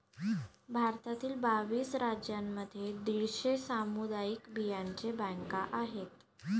भारतातील बावीस राज्यांमध्ये दीडशे सामुदायिक बियांचे बँका आहेत